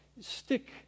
stick